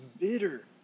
bitter